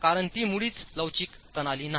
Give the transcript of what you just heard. कारण ती मुळीच लवचिक प्रणाली नाही